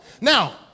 Now